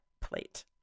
plate